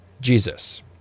Jesus